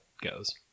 goes